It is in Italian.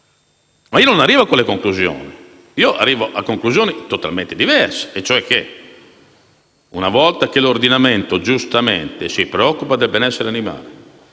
però, non arrivo a quelle conclusioni, ma a conclusioni totalmente diverse e, cioè, che una volta che l'ordinamento giustamente si preoccupa del benessere degli